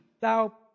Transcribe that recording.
Thou